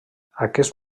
aquest